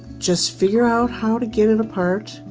just figure out how to get it apart.